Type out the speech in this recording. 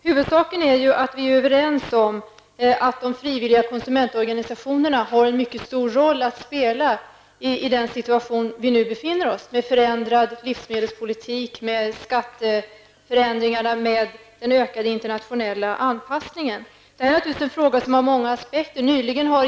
Huvudsaken är ju att vi är överens om att de frivilliga konsumentorganisationerna har en betydande roll att spela i den situation vi nu befinner oss i med förändrad livsmedelspolitik, med förändringarna i skattesystemet och med den ökade internationella anpassningen. Detta är naturligtvis en fråga som har många olika aspekter.